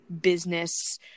business